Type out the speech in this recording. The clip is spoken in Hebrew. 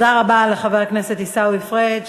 תודה רבה לחבר הכנסת עיסאווי פריג'.